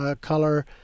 color